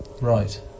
Right